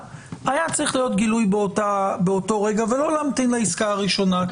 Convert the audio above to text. היה צריך להיות גילוי באותו רגע ולא להמתין לעסקה הראשונה.